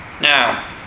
now